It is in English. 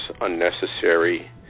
unnecessary